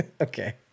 Okay